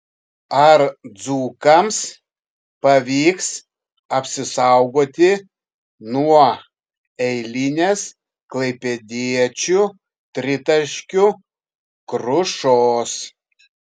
ar dzūkams pavyks apsisaugoti nuo eilinės klaipėdiečių tritaškių krušos